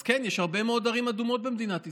אז כן, יש הרבה מאוד ערים אדומות במדינת ישראל.